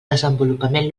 desenvolupament